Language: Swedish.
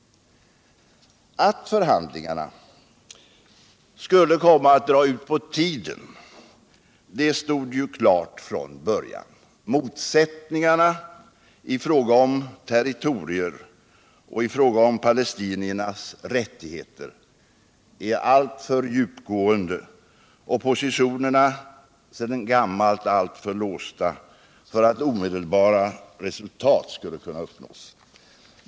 Att förhandlingarna skulle komma att dra ut på tiden stod klart från början. Motsättningarna i fråga om territorier och palestiniernas rättigheter är alltför djupgående och positionerna sedan gammalt alltför låsta för att omedelbara resultat skulle kunna uppnås.